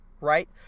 right